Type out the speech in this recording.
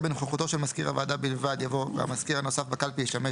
"בנוכחותו של מזכיר הוועדה בלבד" יבוא "והמזכיר הנוסף בקלפי ישמש